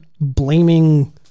blaming